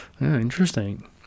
Interesting